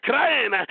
Crying